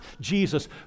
Jesus